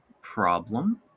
problem